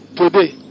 today